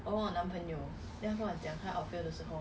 okay lah sometimes I two days never wash hair